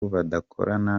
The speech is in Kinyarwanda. badakorana